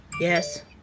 Yes